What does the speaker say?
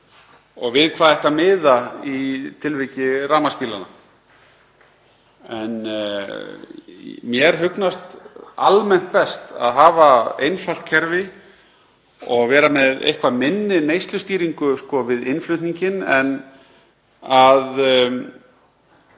og við hvað ætti að miða í tilviki rafmagnsbílanna. En mér hugnast almennt best að hafa einfalt kerfi og vera með eitthvað minni neyslustýringu við innflutninginn en að